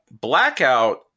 Blackout